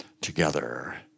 together